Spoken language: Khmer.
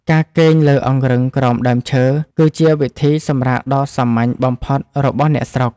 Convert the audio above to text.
ការគេងលើអង្រឹងក្រោមដើមឈើ គឺជាវិធីសម្រាកដ៏សាមញ្ញបំផុតរបស់អ្នកស្រុក។